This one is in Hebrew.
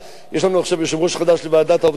יש לנו עכשיו יושב-ראש חדש לוועדת העובדים הזרים,